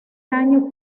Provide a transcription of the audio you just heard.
año